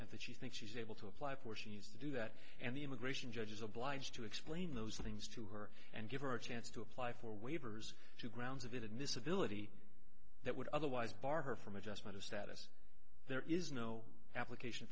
that she thinks she's able to apply for she needs to do that and the immigration judge is obliged to explain those things to her and give her a chance to apply for waivers to grounds of inadmissibility that would otherwise bar her from adjustment of status there is no application